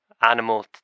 animal